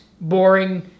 boring